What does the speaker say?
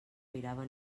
mirava